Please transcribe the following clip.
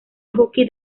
hockey